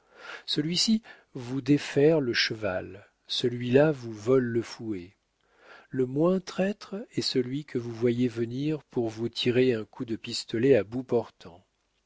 celui-ci vous déferre le cheval celui-là vous vole le fouet le moins traître est celui que vous voyez venir pour vous tirer un coup de pistolet à bout portant